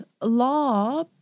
law